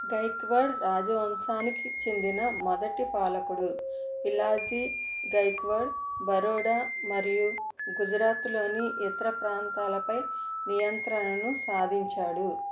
గైక్వాడ్ రాజవంశానికి చెందిన మొదటి పాలకుడు పిలాజీ గైక్వాడ్ బరోడా మరియు గుజరాత్లోని ఇతర ప్రాంతాలపై నియంత్రణను సాధించాడు